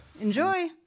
Enjoy